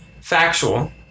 factual